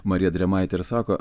marija drėmaitė ir sako